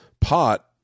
pot